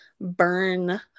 burn